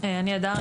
אני הדר,